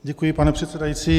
Děkuji, pane předsedající.